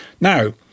Now